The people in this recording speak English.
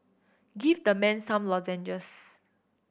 give the man some lozenges